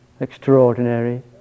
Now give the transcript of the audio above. extraordinary